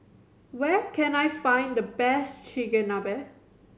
where can I find the best Chigenabe